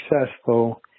successful